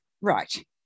Right